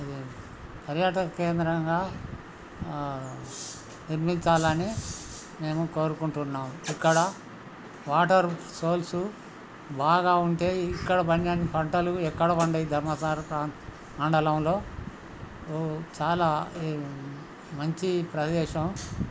ఇది పర్యాటక కేంద్రంగా నిర్మించాలని మేము కోరుకుంటున్నాం ఇక్కడ వాటర్ సోర్సు బాగా ఉంటాయి ఇక్కడ పండినన్ని పంటలు ఎక్కడ పండవు ధర్మసాగర్ మండలంలో చాలా మంచి ప్రదేశం